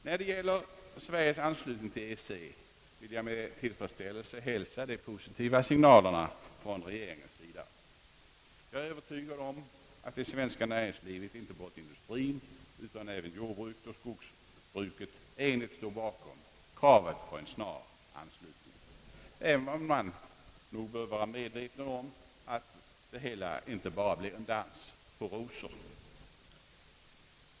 När det gäller Sveriges anslutning till EEC vill jag med tillfredsställelse hälsa de positiva signalerna från regeringens sida under senare tid. Jag är övertygad om att det svenska näringslivet, inte bara industrien utan även jord bruket och skogsbruket, enigt står bakom kravet på en snar anslutning. Samtidigt bör man nog vara medveten om att det hela inte bara blir en dans på rosor.